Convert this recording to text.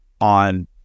on